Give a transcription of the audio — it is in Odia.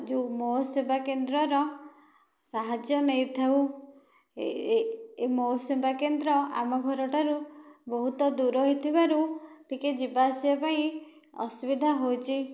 ଯେଉଁ ମୋ ସେବା କେନ୍ଦ୍ରର ସାହାଯ୍ୟ ନେଇଥାଉ ଏ ମୋ ସେବା କେନ୍ଦ୍ର ଆମ ଘର ଠାରୁ ବହୁତ ଦୂର ହେଇଥିବାରୁ ଟିକିଏ ଯିବା ଆସିବା ପାଇଁ ଅସୁବିଧା ହେଉଛି